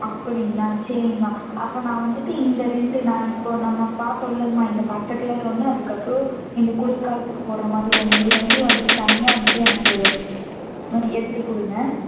அப்படிங்களா சரிங்கமா அப்போ நான் வந்துட்டு இந்த ரெண்டு நான் இப்போது நம்ம பார்த்தோல்லைங்மா இந்த பச்சை கலர் ஒன்று அதுக்கப்புறம் இந்த குளிர்க்காலத்துக்கு போடுற மாதிரி ஒன்று இது ரெண்டையும் வந்துட்டு தனியாக வந்துட்டு எனக்கு எடுத்துக் கொடுங்க